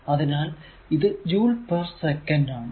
അതിനാൽ ഇത് joule per second ആണ്